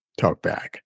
TalkBack